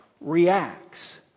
reacts